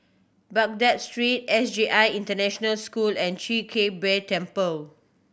Baghdad Street S J I International School and Chwee Kang Beo Temple